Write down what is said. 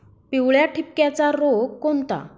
पिवळ्या ठिपक्याचा रोग कोणता?